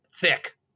thick